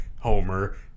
Homer